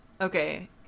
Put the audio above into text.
Okay